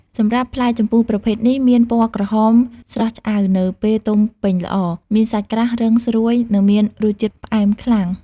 សម្រាប់ផ្លែជម្ពូប្រភេទនេះមានពណ៌ក្រហមស្រស់ឆ្អៅនៅពេលទុំពេញល្អ មានសាច់ក្រាស់ រឹង ស្រួយ និងមានរសជាតិផ្អែមខ្លាំង។